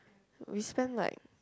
we spend like